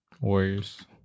Warriors